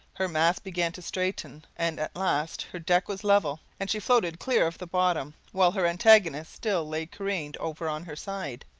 her masts began to straighten, and at last her deck was level, and she floated clear of the bottom while her antagonist still lay careened over on her side.